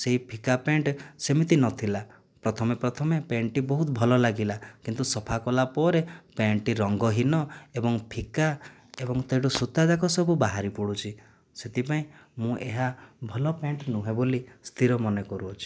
ସେହି ଫିକା ପ୍ୟାଣ୍ଟ ସେମିତି ନଥିଲା ପ୍ରଥମେ ପ୍ରଥମେ ପ୍ୟାଣ୍ଟଟି ବହୁତ ଭଲ ଲାଗିଲା କିନ୍ତୁ ସଫା କଲା ପରେ ପ୍ୟାଣ୍ଟଟି ରଙ୍ଗହୀନ ଏବଂ ଫିକା ଏବଂ ସୂତାଯାକ ସବୁ ବାହାରି ପଡ଼ୁଛି ସେଥିପାଇଁ ମୁଁ ଏହା ଭଲ ପ୍ୟାଣ୍ଟ ନୁହେଁ ବୋଲି ସ୍ଥିର ମନେ କରୁଅଛି